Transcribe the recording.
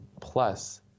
Plus